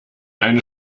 eine